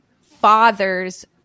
father's